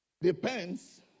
depends